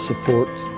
Support